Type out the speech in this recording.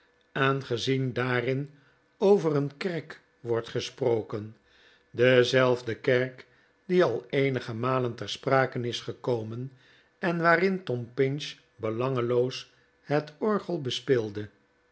aangezien daarin over een kerk wordt gesproken dezelfde kerk die al eenige malen ter sprake is gekomen en waarin tom pinch belangeloos het orgel bespeelde